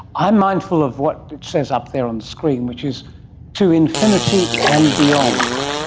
i am mindful of what it says up there on the screen which is to infinity and beyond.